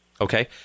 Okay